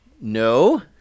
No